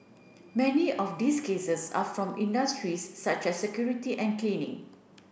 many of these cases are from industries such as security and cleaning